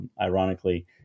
ironically